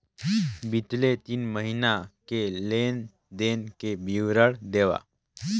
बितले तीन महीना के लेन देन के विवरण देवा?